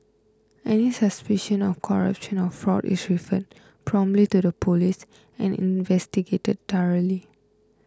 any suspicion of corruption or fraud is referred promptly to the Police and investigated thoroughly